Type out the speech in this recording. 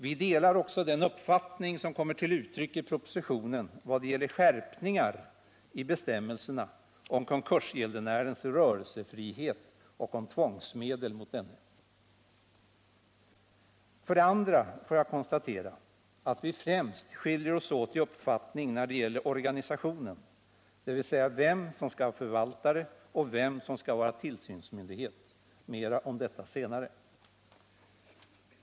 Vi delar också den uppfattning som kommer till uttryck i propositionen vad gäller skärpningar i bestämmelserna om konkursgäldenärens rörelsefrihet och om tvångsmedel mot denne. För det andra får jag konstatera att vi skiljer oss åt i uppfattning främst när det gäller organisationen, dvs. vem som skall vara förvaltare och vem som skall vara tillsynsmyndighet. Mera om detta senare.